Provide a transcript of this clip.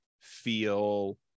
feel –